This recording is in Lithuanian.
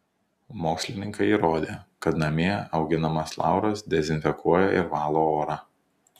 mokslininkai įrodė kad namie auginamas lauras dezinfekuoja ir valo orą